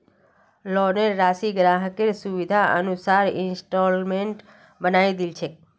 लोनेर राशिक ग्राहकेर सुविधार अनुसार इंस्टॉल्मेंटत बनई दी छेक